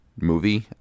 movie